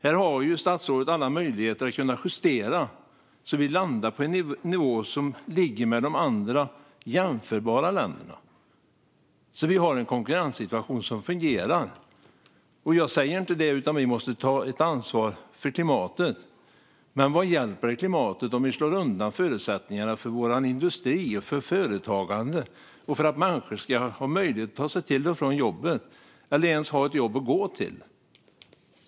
Här har statsrådet alla möjligheter att justera så att vi landar på nivå med de andra jämförbara länderna och får en konkurrenssituation som fungerar. Jag säger inte annat än att vi måste ta ett ansvar för klimatet. Men vad hjälper det klimatet om vi slår undan förutsättningarna för vår industri, för företagandet och för att människor ska ha möjlighet att ta sig till och från jobbet eller ens ha ett jobb att gå till?